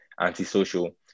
antisocial